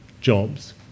jobs